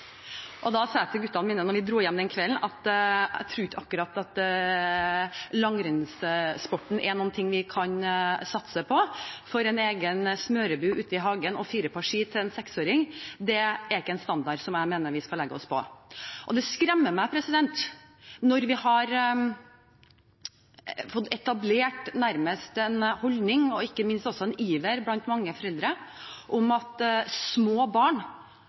Da sa jeg til guttene mine, da vi dro hjem den kvelden, at jeg ikke trodde at langrennssporten er noe vi kan satse på, for en egen smørebu i hagen og fire par ski til en seksåring er ikke en standard jeg mener vi skal legge oss på. Det skremmer meg når det er etablert en holdning, ikke minst også en iver blant mange foreldre, om at små barn